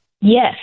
yes